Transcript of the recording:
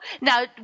now